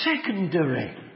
secondary